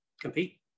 compete